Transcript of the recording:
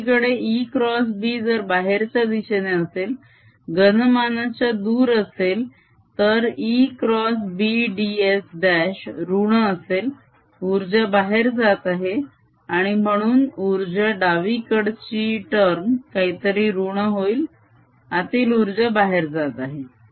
दुसरीकडे ExB जर बाहेरच्या दिशेने असेल घनमानाच्या दूर असेल तर ExBds' ऋण असेल उर्जा बाहेर जात आहे आणि म्हणून उर्जा डावी कडची टर्म काहीतरी ऋण होईल आतील उर्जा बाहेर जात आहे